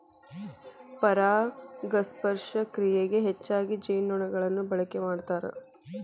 ಪರಾಗಸ್ಪರ್ಶ ಕ್ರಿಯೆಗೆ ಹೆಚ್ಚಾಗಿ ಜೇನುನೊಣಗಳನ್ನ ಬಳಕೆ ಮಾಡ್ತಾರ